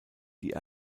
die